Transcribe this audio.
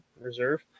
Reserve